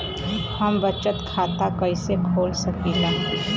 हम बचत खाता कईसे खोल सकिला?